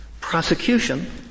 prosecution